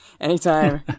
Anytime